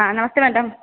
हँ नमस्ते मैडम